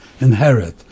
inherit